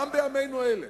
גם בימינו אלה,